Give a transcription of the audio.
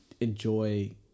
enjoy